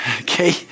Okay